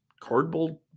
Cardboard